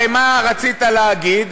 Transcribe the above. הרי מה רצית להגיד?